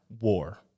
war